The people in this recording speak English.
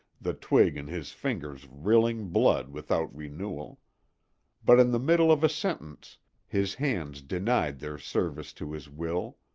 the twig in his fingers rilling blood without renewal but in the middle of a sentence his hands denied their service to his will,